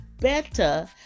better